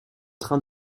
train